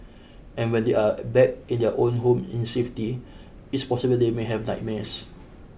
and when they are back in their own home in safety it's possible they may have nightmares